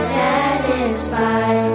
satisfied